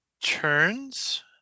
turns